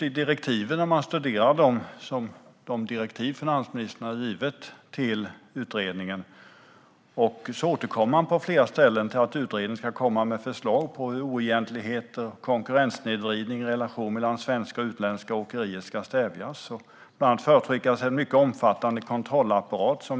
I direktiven som finansministern har gett utredningen återkommer man hela tiden till att utredningen ska komma med förslag på hur oegentligheter och konkurrenssnedvridning i relationen mellan svenska och utländska åkerier ska stävjas. Bland annat föreslås en mycket omfattande kontrollapparat.